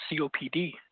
COPD